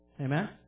Amen